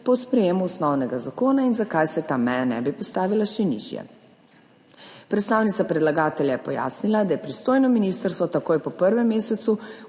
po sprejemu osnovnega zakona in zakaj se ta meja ne bi postavila še nižje. Predstavnica predlagatelja je pojasnila, da je pristojno ministrstvo takoj po prvem mesecu